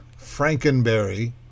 Frankenberry